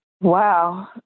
Wow